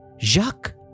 Jacques